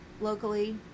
locally